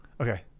Okay